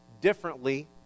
differently